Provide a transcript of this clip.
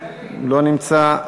לא נמצא.